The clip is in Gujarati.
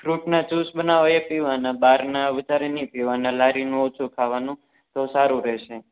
ફૂટના જ્યૂસ બનાવો એ પીવાના બહારના વધારે નહીં પીવાના લારીનું ઓછું ખાવાનું તો સારું રહેશે